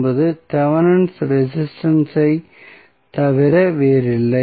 என்பது தெவெனினின் ரெசிஸ்டன்ஸ் ஐத் Thevenins resistance தவிர வேறில்லை